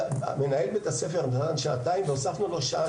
מנהל בית הספר נתן שעתיים והוספנו לו שעה